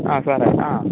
ആ സാറെ ആ